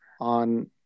on